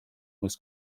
was